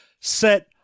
set